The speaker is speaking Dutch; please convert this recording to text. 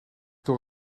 door